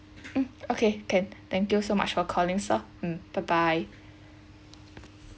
mm okay can thank you so much for calling sir mm bye bye